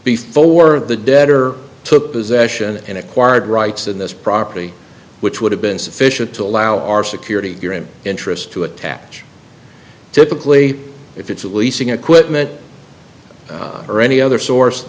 before the debtor took possession and acquired rights in this property which would have been sufficient to allow our security interest to attach typically if it's a leasing equipment or any other source